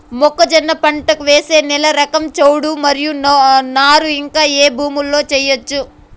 మొక్కజొన్న పంట వేసే నేల రకం చౌడు మరియు నారు ఇంకా ఏ భూముల్లో చేయొచ్చు?